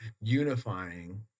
unifying